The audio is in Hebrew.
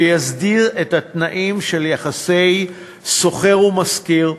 שיסדיר את התנאים של יחסי שוכר ומשכיר,